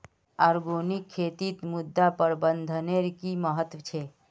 organic खेतीत मृदा प्रबंधनेर कि महत्व छे